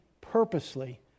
purposely